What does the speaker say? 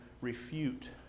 refute